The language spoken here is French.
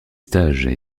stages